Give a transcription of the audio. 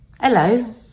hello